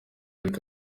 ariko